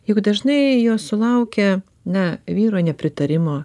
juk dažnai jos sulaukia na vyro nepritarimo